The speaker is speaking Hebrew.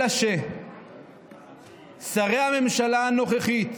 אלא ששרי הממשלה הנוכחית,